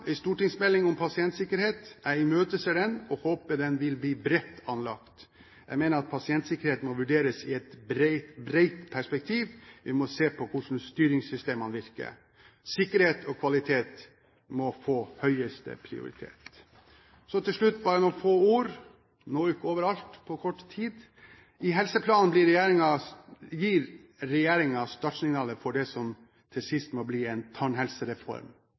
en stortingsmelding om pasientsikkerhet. Jeg imøteser den og håper den vil bli bredt anlagt. Jeg mener at pasientsikkerheten må vurderes i et bredt perspektiv. Vi må se på hvordan styringssystemene virker. Sikkerhet og kvalitet må få høyeste prioritet. Så til slutt bare noen få ord: Vi når ikke over alt med kort taletid. I helseplanen gir regjeringen startsignalet for det som til sist må bli en tannhelsereform.